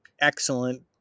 excellent